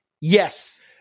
Yes